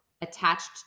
attached